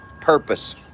purpose